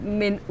men